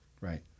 Right